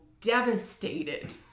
devastated